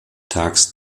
tags